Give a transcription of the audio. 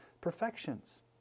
perfections